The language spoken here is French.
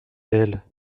elle